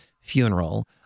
funeral